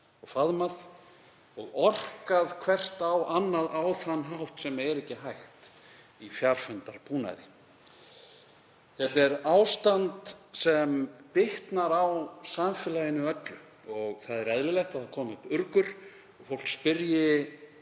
faðmað og orkað hvert á annað á þann hátt sem er ekki hægt í fjarfundarbúnaði. Þetta er ástand sem bitnar á samfélaginu öllu og það er eðlilegt að það komi upp urgur og fólk spyrji: